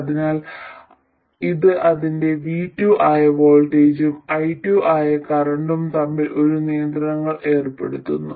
അതിനാൽ ഇത് അതിന്റെ V2 ആയ വോൾട്ടേജും i2 ആയ കറന്റും തമ്മിൽ ഒരു നിയന്ത്രണങ്ങൾ ഏർപ്പെടുത്തുന്നു